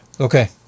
Okay